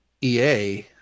EA